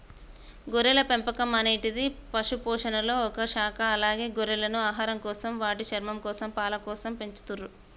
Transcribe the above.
గొర్రెల పెంపకం అనేటిది పశుపోషణలొ ఒక శాఖ అలాగే గొర్రెలను ఆహారంకోసం, వాటి చర్మంకోసం, పాలకోసం పెంచతుర్రు